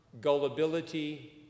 gullibility